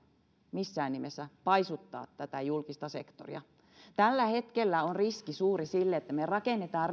missään nimessä paisuttaa julkista sektoria tällä hetkellä on suuri riski että me rakennamme